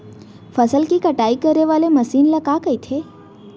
फसल की कटाई करे वाले मशीन ल का कइथे?